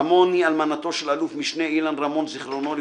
רמון היא אלמנתו של אלוף-משנה אילן רמון זכרונו לברכה,